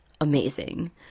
amazing